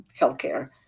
healthcare